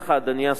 אדוני השר,